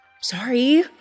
Sorry